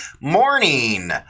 morning